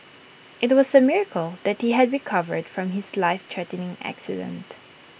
IT was A miracle that he had recovered from his lifethreatening accident